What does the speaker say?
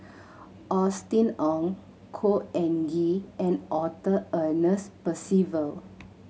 Austen Ong Khor Ean Ghee and Arthur Ernest Percival